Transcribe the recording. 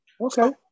okay